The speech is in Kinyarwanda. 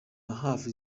hafi